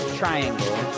triangle